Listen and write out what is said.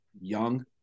young